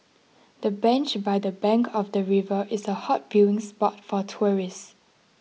the bench by the bank of the river is a hot viewing spot for tourists